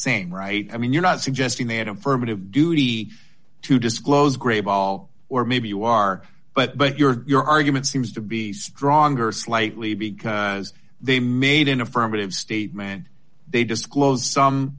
same right i mean you're not suggesting they had affirmative duty to disclose grave all or maybe you are but but your your argument seems to be stronger slightly because they made an affirmative statement they disclose some